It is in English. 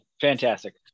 Fantastic